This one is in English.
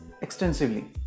extensively